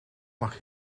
mag